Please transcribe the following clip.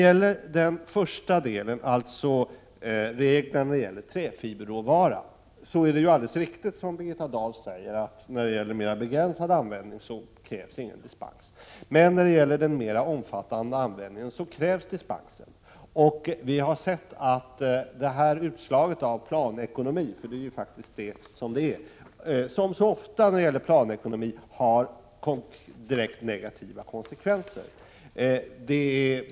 I den första delen, alltså den som gäller träfiberråvara, är det alldeles riktigt som Birgitta Dahl säger, att för mera begränsad användning krävs ingen dispens. Men för mera omfattande användning krävs det dispens, och vi har sett att det här utslaget av planekonomi — det är faktiskt vad det är — som så ofta när det gäller planekonomi har direkt negativa konsekvenser.